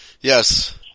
Yes